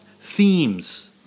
themes